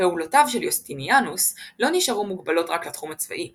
פעולותיו של יוסטיניאנוס לא נשארו מוגבלות רק לתחום הצבאי.